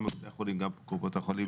גם בתי החולים וגם קופות החולים,